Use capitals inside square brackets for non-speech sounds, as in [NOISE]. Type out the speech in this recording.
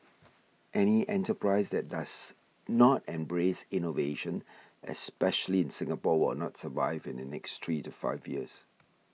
[NOISE] any enterprise that does not embrace innovation especially in Singapore will not survive in the next three to five years